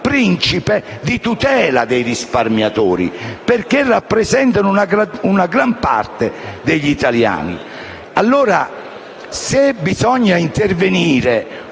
principe, di tutela dei risparmiatori, perché rappresentano una gran parte degli italiani. Allora, se bisogna intervenire